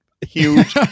huge